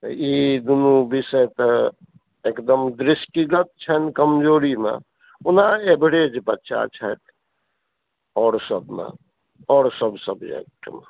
तऽ ई दुनू बिषय तऽ एकदम दृष्टिगत छनि कमजोरीमे ओना एवरेज बच्चा छथि आओर सभमे आओर सभ सब्जेक्टमऽ